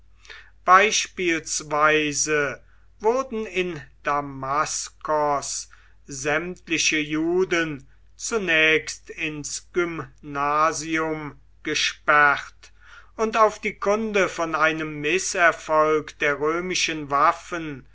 beispielsweise wurden in damaskos sämtliche juden zunächst ins gymnasium gesperrt und auf die kunde von einem mißerfolg der römischen waffen